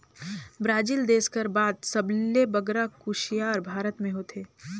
Brazil देस कर बाद सबले बगरा कुसियार भारत में होथे